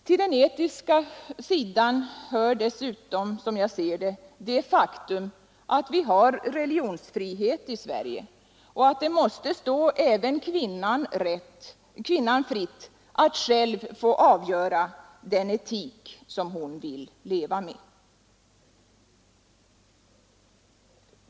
Till den etiska sidan hör dessutom, som jag ser saken, det faktum att vi har religionsfrihet i Sverige och att det måste stå även kvinnan fritt att själv avgöra den etik hon vill leva med.